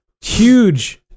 huge